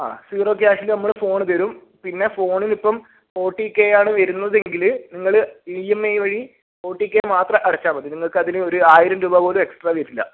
ആ സീറോ ക്യാഷിൽ നമ്മൾ ഫോൺ തരും പിന്നെ ഫോണിനിപ്പം ഫോർട്ടി കെയാണ് വരുന്നതെങ്കിൽ നിങ്ങൾ ഇ എം ഐ വഴി ഫോർട്ടി കെ മാത്രം അടച്ചാൽ മതി നിങ്ങൾക്കതിന് ഒരു ആയിരം രൂപ പോലും എക്സ്ട്രാ വരില്ല